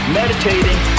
meditating